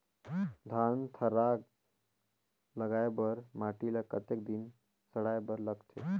धान थरहा लगाय बर माटी ल कतेक दिन सड़ाय बर लगथे?